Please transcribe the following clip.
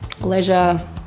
leisure